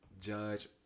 judge